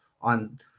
On